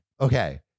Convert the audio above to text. Okay